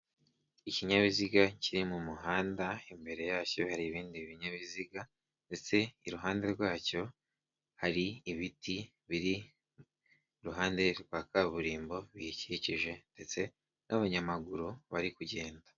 Ikinyabiziga kiri mu muhanda, imbere yacyo hari ibindi binyabiziga ndetse iruhande rwacyo hari ibiti biri iruhande rwa kaburimbo biyikikije ndetse n'abanyamaguru bari kugenda.